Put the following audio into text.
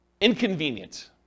inconvenient